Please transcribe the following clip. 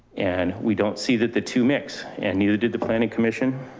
and we don't see that the two mics and neither did the planning commission.